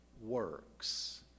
works